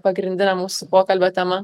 pagrindinė mūsų pokalbio tema